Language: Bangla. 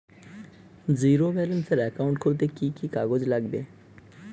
জীরো ব্যালেন্সের একাউন্ট খুলতে কি কি কাগজ লাগবে?